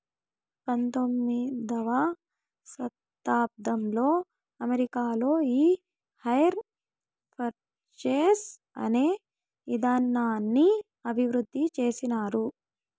పంతొమ్మిదవ శతాబ్దంలో అమెరికాలో ఈ హైర్ పర్చేస్ అనే ఇదానాన్ని అభివృద్ధి చేసినారు